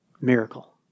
Miracle